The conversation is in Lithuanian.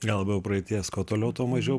gal labiau praeities kuo toliau tuo mažiau